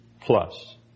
plus